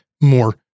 more